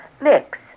Mix